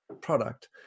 product